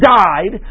died